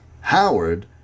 Howard